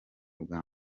bwa